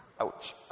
Ouch